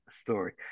story